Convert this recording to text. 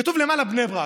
כתוב למעלה: בני ברק.